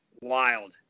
wild